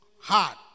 hard